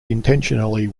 intentionally